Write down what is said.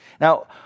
Now